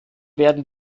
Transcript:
werden